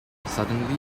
suddenly